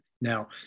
Now